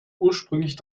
ursprünglich